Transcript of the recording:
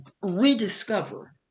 rediscover